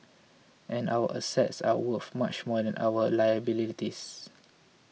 and our assets are worth much more than our liabilities